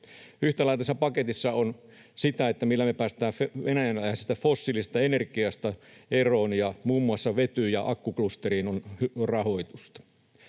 tässä paketissa on sitä, millä me päästään venäläisestä fossiilisesta energiasta eroon, ja muun muassa vety‑ ja akkuklusteriin on rahoitusta.